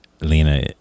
Lena